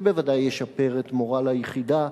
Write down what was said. זה בוודאי ישפר את מורל היחידה,